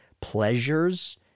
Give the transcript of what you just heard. pleasures